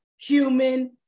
human